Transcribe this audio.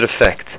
effect